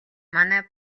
манай